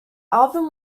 album